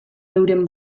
euren